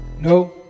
No